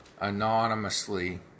anonymously